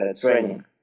training